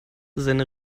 seine